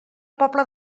pobla